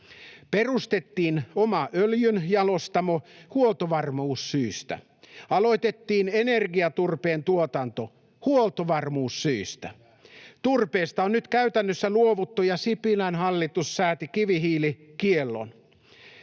Perustettiin oma öljynjalostamo — huoltovarmuussyistä. Aloitettiin energiaturpeen tuotanto — huoltovarmuussyistä. Turpeesta on nyt käytännössä luovuttu, ja Sipilän hallitus sääti kivihiilikiellon.